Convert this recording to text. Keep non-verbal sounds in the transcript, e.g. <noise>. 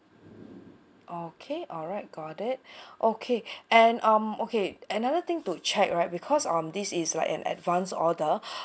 okay alright got it <breath> okay and um okay another thing to check right because um this is like an advance order <breath>